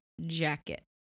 jacket